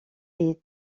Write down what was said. est